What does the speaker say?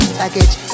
package